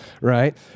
right